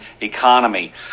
economy